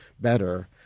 better